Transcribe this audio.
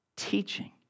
teaching